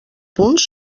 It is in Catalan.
punts